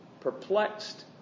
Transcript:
Perplexed